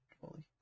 fully